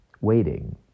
waiting